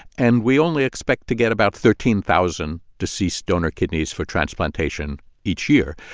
and we only expect to get about thirteen thousand deceased donor kidneys for transplantation each year.